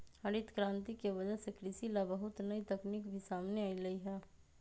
हरित करांति के वजह से कृषि ला बहुत नई तकनीक भी सामने अईलय है